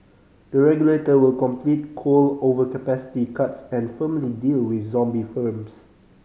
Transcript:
the regulator will complete coal overcapacity cuts and firmly deal with zombie firms